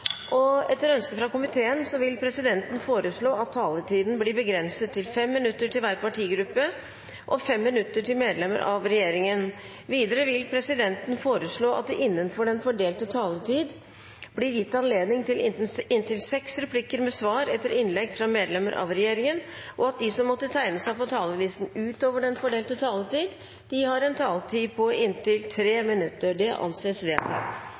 5. Etter ønske fra justiskomiteen vil presidenten foreslå at taletiden blir begrenset til 5 minutter til hver partigruppe og 5 minutter til medlemmer av regjeringen. Videre vil presidenten foreslå at det blir gitt anledning til inntil seks replikker med svar etter innlegg fra medlemmer av regjeringen innenfor den fordelte taletid, og at de som måtte tegne seg på talerlisten utover den fordelte taletid, får en taletid på inntil 3 minutter. – Det anses vedtatt.